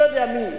לא יודע מי.